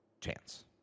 chance